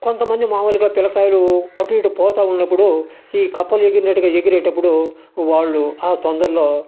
కొంతమంది మాములుగా పిల్లకాయలు అటుఇటు పోతా ఉన్నప్పుడు ఈ కప్పలు ఎగిరినట్టు ఎగిరేటప్పుడు వాళ్ళు ఆ తొందరలో